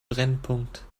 brennpunkt